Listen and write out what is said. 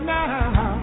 now